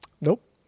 Nope